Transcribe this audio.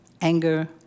anger